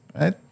right